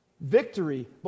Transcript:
Victory